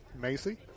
Macy